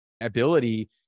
ability